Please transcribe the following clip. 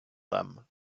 them